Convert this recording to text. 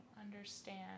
understand